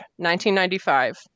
1995